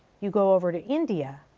you go over to india,